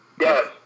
Yes